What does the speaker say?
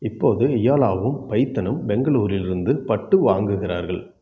இப்போது இயாலாவும் பைத்தனும் பெங்களூரிலிருந்து பட்டு வாங்குகிறார்கள்